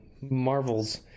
marvels